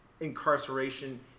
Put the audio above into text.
incarceration